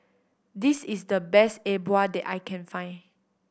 this is the best E Bua that I can find